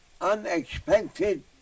unexpected